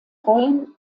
rollen